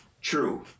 True